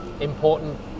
important